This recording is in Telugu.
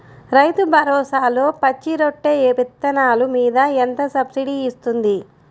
రైతు భరోసాలో పచ్చి రొట్టె విత్తనాలు మీద ఎంత సబ్సిడీ ఇస్తుంది?